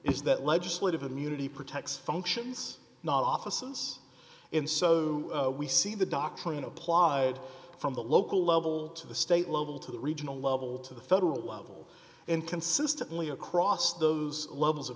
is that legislative immunity protects functions not offices and so we see the doctrine applied from the local level to the state level to the regional level to the federal level and consistently across those levels of